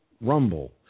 Rumble